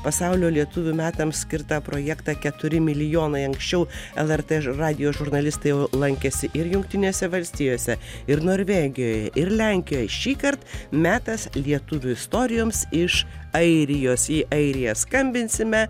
pasaulio lietuvių metams skirtą projektą keturi milijonai anksčiau lrt radijo žurnalistai jau lankėsi ir jungtinėse valstijose ir norvegijoje ir lenkijoje šįkart metas lietuvių istorijoms iš airijos į airiją skambinsime